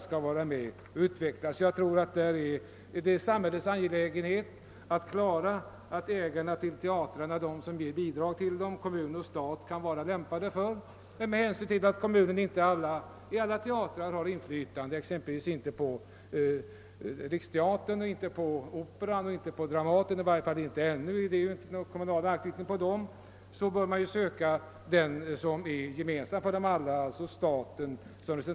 Detta är snarare en uppgift för teatrarnas ägare, för kommunerna och staten som ger bidrag till dem. Med hänsyn till att kommunen i varje fall inte ännu har inflytande på alla teatrar — exempelvis inte på Riksteatern, inte på Operan, inte på Dramaten — bör man emellertid söka den grund som är gemensam för dem alla, nämligen staten.